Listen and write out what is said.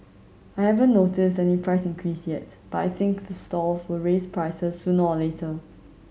I haven't noticed any price increase yet but I think the stalls will raise prices sooner or later